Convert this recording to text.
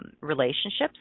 relationships